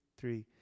three